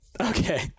Okay